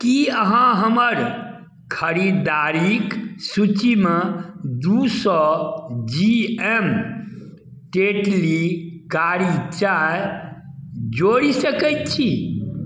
की अहाँ हमर खरीदारिक सूची मे दू सए जी एम टेटली कारी चाय जोड़ि सकैत छी